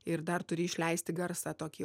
ir dar turi išleisti garsą tokį